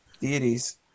deities